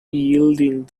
yielding